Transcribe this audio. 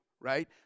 right